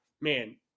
man